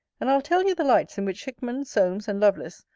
and i'll tell you the lights in which hickman, solmes, and lovelace,